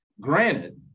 Granted